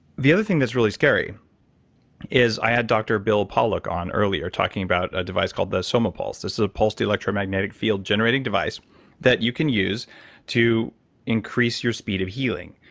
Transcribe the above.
the other thing that's really scary is i had dr. bill pawluck on, earlier, talking about a device called somapulse. this is a pulsed electromagnetic field generating device that you can use to increase your speed of healing,